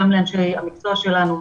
גם לאנשי המקצוע שלנו,